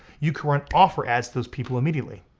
you can run offer ads to those people immediately.